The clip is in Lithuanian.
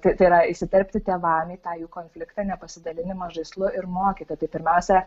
tai tai yra įsiterpti tėvam į tą jų konfliktą nepasidalinimą žaislu ir mokyti tai pirmiausia